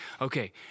okay